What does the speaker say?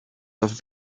have